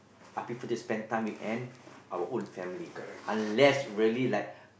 I prefer to spend time with and our own family unless really like